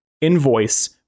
invoice